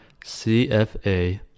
CFA